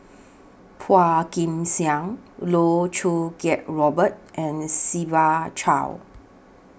Phua Kin Siang Loh Choo Kiat Robert and Siva Choy